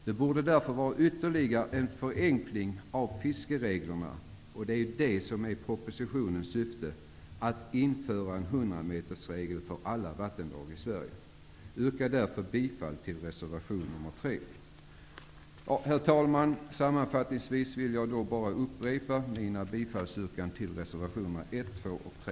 Det borde därför vara ytterligare en förenkling av fiskereglerna -- och det är det som är propositionens syfte -- att införa en hundrametersregel för alla vattendrag i Sverige. Jag yrkar bifall till reservation nr 3. Herr talman! Sammanfattningsvis vill jag bara upprepa mina yrkanden om bifall till reservationerna 1, 2 och 3.